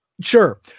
Sure